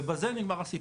ובזה נגמר הסיפור.